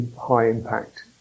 high-impact